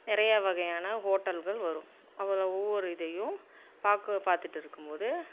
நிறையா வகையான ஹோட்டல்கள் வரும் அப்புறம் ஒவ்வொரு இதையும் பார்க்க பார்த்துட்டு இருக்கும்போது